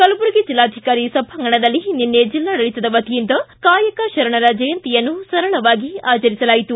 ಕಲಬುರಗಿ ಜಿಲ್ಲಾಧಿಕಾರಿ ಸಭಾಂಗಣದಲ್ಲಿ ನಿನ್ನೆ ಜಿಲ್ಲಾಡಳಿತದಿಂದ ಕಾಯಕ ಶರಣರ ಜಯಂತಿಯನ್ನು ಸರಳವಾಗಿ ಆಚರಿಸಲಾಯಿತು